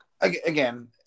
Again